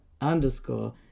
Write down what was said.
underscore